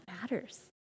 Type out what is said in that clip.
matters